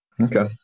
Okay